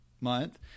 month